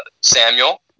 Samuel